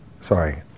sorry